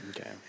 Okay